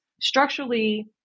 structurally